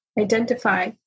identify